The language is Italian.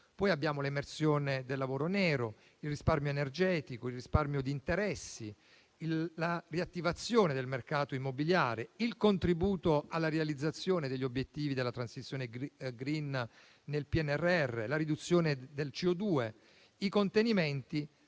Abbiamo poi l'emersione del lavoro nero, il risparmio energetico, il risparmio di interessi, la riattivazione del mercato immobiliare, il contributo alla realizzazione degli obiettivi della transizione *green* nel PNRR, la riduzione di CO2, i contenimenti